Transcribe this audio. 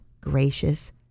gracious